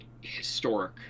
historic